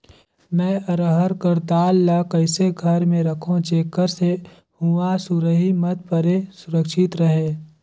मैं अरहर कर दाल ला कइसे घर मे रखों जेकर से हुंआ सुरही मत परे सुरक्षित रहे?